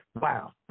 Wow